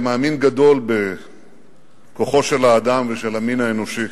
מאמין גדול בכוחו של האדם ושל המין האנושי,